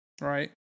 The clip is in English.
right